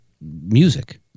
music